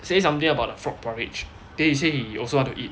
say something about the frog porridge then say he also want to eat